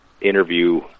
interview